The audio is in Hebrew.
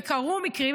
וקרו מקרים,